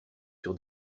sur